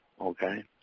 Okay